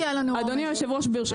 עוד שלוש שנים תגידי שנעשה רפורמה.